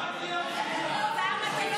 אבל היום אני אומר לכם עוד דבר כזה,